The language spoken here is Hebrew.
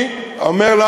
אנחנו אתך,